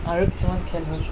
আৰু কিছুমান খেল হ'ল